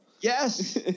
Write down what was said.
Yes